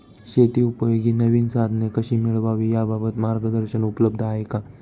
शेतीउपयोगी नवीन साधने कशी मिळवावी याबाबत मार्गदर्शन उपलब्ध आहे का?